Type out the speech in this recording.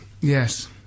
yes